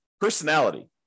personality